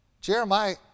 Jeremiah